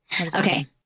Okay